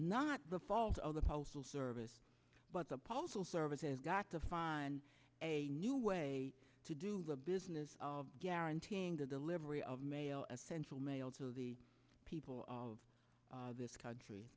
not the fault of the postal service but the postal service has got to find a new way to do the business of guaranteeing the delivery of mail essential mail to the people of this country